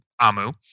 Amu